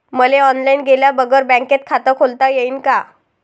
मले ऑनलाईन गेल्या बगर बँकेत खात खोलता येईन का?